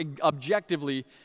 objectively